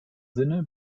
sinne